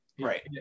Right